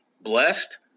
blessed